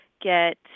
get